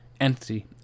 entity